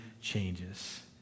changes